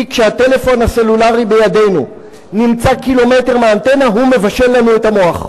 כי כשהטלפון הסלולרי שבידנו נמצא קילומטר מהאנטנה הוא מבשל לנו את המוח,